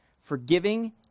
Forgiving